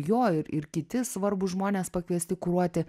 jo ir ir kiti svarbūs žmonės pakviesti kuruoti